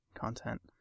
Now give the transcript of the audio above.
content